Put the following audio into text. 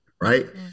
right